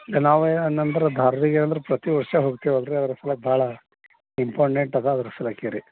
ನಾವೇನಂದ್ರ ಅಂದ್ರ ಪ್ರತಿ ವರ್ಷ ಹೋಗ್ತೇವಿ ಅಲ್ರಿ ಅದ್ರ ಸಲ್ವಾಗಿ ಭಾಳ ಇಂಪಾರ್ಟೆಂಟ್ ಅದಾವ ಅದರ ಸಲಾಕೆರಿ